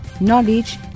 knowledge